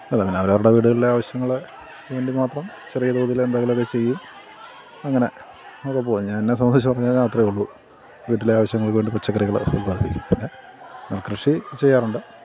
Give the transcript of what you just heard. അല്ല പിന്നെ അവരവരുടെ വീടുകളിലെ ആവശ്യങ്ങൾ വേണ്ടി മാത്രം ചെറിയ തോതിൽ എന്തെങ്കിലുമൊക്കെ ചെയ്യും അങ്ങനെ ഒക്കെ പോകുന്നു ഞാൻ എന്നെ സംബന്ധച്ചു പറഞ്ഞാൽ അത്രയേ ഉള്ളു വീട്ടിലെ ആവശ്യങ്ങൾക്ക് വേണ്ടി പച്ചക്കറികൾ ഉല്പാദിപ്പിക്കും പിന്നെ നെൽ കൃഷി ചെയ്യാറുണ്ട്